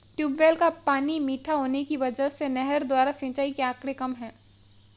tubewell का पानी मीठा होने की वजह से नहर द्वारा सिंचाई के आंकड़े कम है